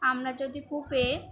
আমরা যদি কূপে